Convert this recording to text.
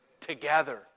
Together